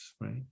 right